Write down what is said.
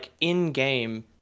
in-game